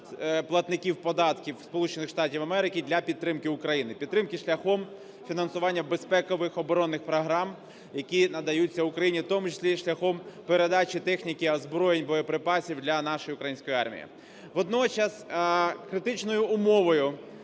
Штатів Америки для підтримки України, підтримки шляхом фінансування безпекових оборонних програм, які надаються Україні, в тому числі шляхом передачі техніки, озброєнь, боєприпасів для нашої української армії. Водночас критичною умовою